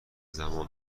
زمان